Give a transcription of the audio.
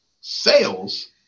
sales